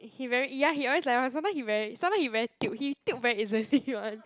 he very ya he always like that one sometime he very sometime he very tilt he tilt very easily one